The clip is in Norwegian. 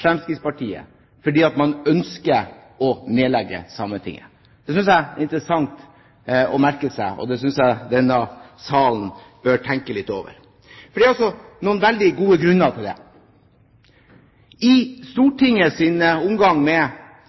Fremskrittspartiet, fordi man ønsker å nedlegge Sametinget. Det synes jeg er interessant å merke seg, og det synes jeg denne salen bør tenke litt over. Det er noen veldig gode grunner til det. I Stortingets omgang med